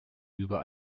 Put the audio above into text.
über